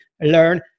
learn